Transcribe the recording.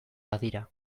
badira